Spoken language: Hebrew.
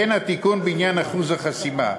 הן התיקון בעניין אחוז החסימה.